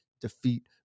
defeat